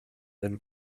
than